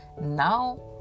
now